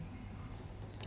alcohol